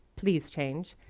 please change.